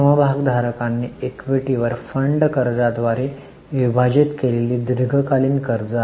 समभागधारकांनी इक्विटीवर फंड कर्जाद्वारे विभाजित केलेली दीर्घकालीन कर्ज आहे